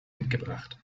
mitgebracht